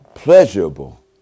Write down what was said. pleasurable